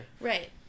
Right